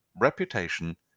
reputation